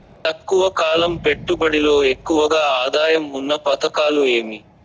తక్కువ కాలం పెట్టుబడిలో ఎక్కువగా ఆదాయం ఉన్న పథకాలు ఏమి?